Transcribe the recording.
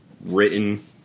written